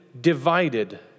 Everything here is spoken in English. divided